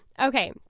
Okay